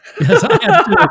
Yes